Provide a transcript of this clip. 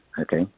okay